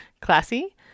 Classy